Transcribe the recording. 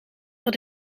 voor